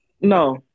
No